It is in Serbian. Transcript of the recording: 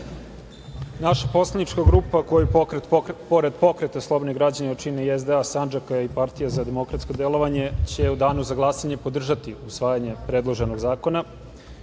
poslanička grupa koju pored Pokreta slobodnih građana čini i SDA Sandžaka i Partija za demokratsko delovanje će u danu za glasanje podržati usvajanje predloženog